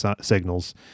signals